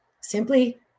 Simply